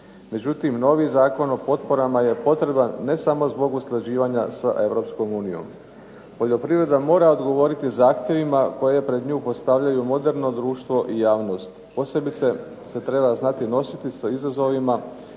Međutim, novi Zakon o potporama je potreban ne samo zbog usklađivanja s EU. Poljoprivreda mora odgovoriti zahtjevima koje pred nju postavljaju moderno društvo i javnost. Posebice se treba znati nositi sa izazovima